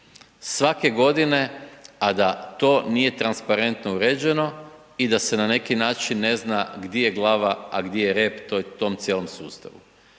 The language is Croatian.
svake godine a da to nije transparentno uređeno i da se na neki način ne zna di je glava, a gdje je rep u tom cijelom sustavu.